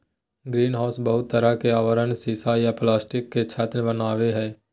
greenhouse बहुते तरह के आवरण सीसा या प्लास्टिक के छत वनावई हई